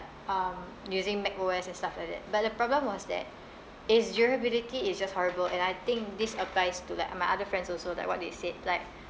um using mac O_S and stuff like that but the problem was that it's durability is just horrible and I think this applies to like my other friends also like what they said like